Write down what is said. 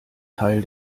teil